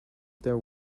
there